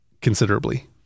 considerably